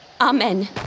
Amen